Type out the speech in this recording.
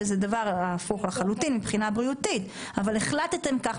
שזה דבר הפוך לחלוטין מבחינה בריאותית אבל החלטתם כך,